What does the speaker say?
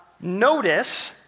Notice